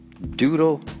doodle